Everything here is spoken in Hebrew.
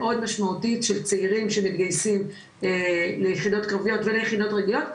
מאוד משמעותית של צעירים שמתגייסים ליחידות קרביות וליחידות רגילות,